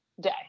day